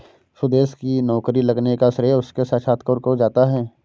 सुदेश की नौकरी लगने का श्रेय उसके साक्षात्कार को जाता है